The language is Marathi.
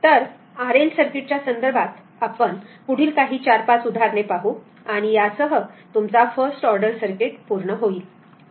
तर RL सर्किट्सच्या संदर्भात आपल्या पुढील काही 45 उदाहरणे पाहूआणि यासह तुमचा फर्स्ट ऑर्डर सर्किट पूर्ण होईल